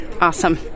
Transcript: Awesome